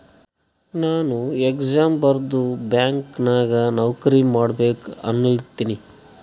ನಾನು ಎಕ್ಸಾಮ್ ಬರ್ದು ಬ್ಯಾಂಕ್ ನಾಗ್ ನೌಕರಿ ಮಾಡ್ಬೇಕ ಅನ್ಲತಿನ